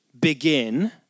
begin